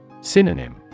Synonym